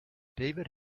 david